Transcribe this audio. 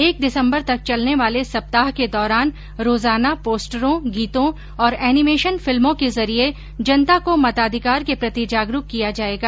एक दिसम्बर तक चलने वाले इस सप्ताह के दौरान रोजाना पोस्टरों गीतों और एनिमेशन फिल्मों के जरिये जनता को मताधिकार के प्रति जागरूक किया जायेगा